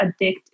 addictive